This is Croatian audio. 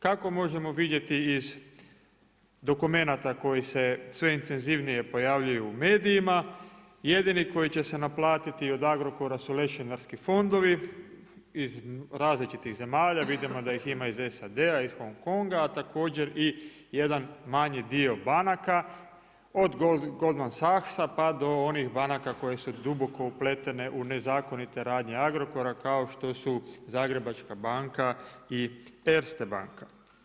Kako možemo vidjeti iz dokumenata koji se sve intenzivnije pojavljuju u medijima, jedini koji će se naplatiti od Agrokora su lešinarski fondovi iz različitih zemalja, vidimo da ih ima iz SAD-a, iz Hong Konga a također i jedan manji dio banaka od Goldman Sachsa pa do onih banaka koje su duboko upletene u nezakonite radnje Agrokora kao što su Zagrebačka i Erste banka.